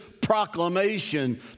proclamation